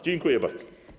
Dziękuję bardzo.